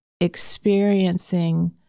experiencing